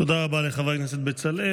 תודה רבה לחבר הכנסת בצלאל,